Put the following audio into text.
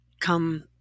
come